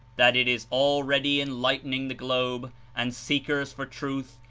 that it is already enlightening the globe, and seekers for truth,